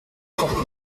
trente